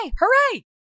Hooray